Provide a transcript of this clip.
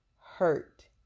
hurt